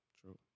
True